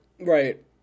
Right